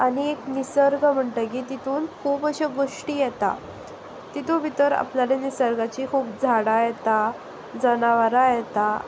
आनी एक निसर्ग म्हणटगीर तातूंत खूब अश्यो गोश्टी येता तातूंत भितर आपणाल्या निसर्गाची खूब झाडां येता जनावरां येता